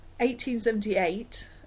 1878